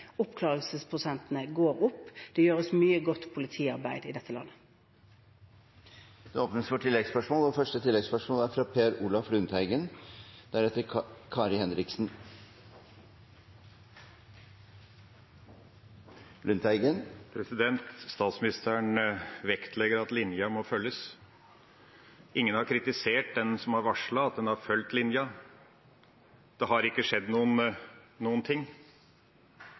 går opp. Det gjøres mye godt politiarbeid i dette landet. Det åpnes for oppfølgingsspørsmål – først Per Olaf Lundteigen. Statsministeren vektlegger at linja må følges. Ingen har kritisert den som har varslet, at en har fulgt linja. Det har ikke skjedd noen ting.